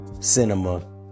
cinema